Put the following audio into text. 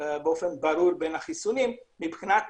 ברור בין החיסונים מבחינת